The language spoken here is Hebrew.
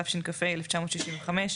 התשכ"ה-1965,